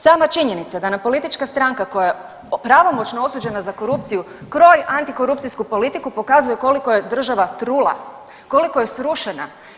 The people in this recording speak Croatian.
Sama činjenica da nam politička stranka koja je pravomoćno osuđena za korupciju kroji antikorupcijsku politiku pokazuje koliko je država trula, koliko je srušena.